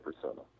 persona